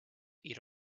eat